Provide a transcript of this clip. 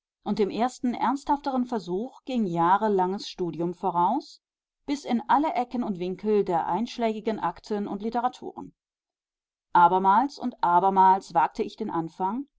und dem ersten ernsthafteren versuch ging jahrelanges studium voraus bis in alle ecken und winkel der einschlägigen akten und literaturen abermals und abermals wagte ich den anfang